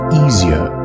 easier